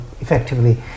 effectively